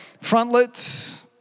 frontlets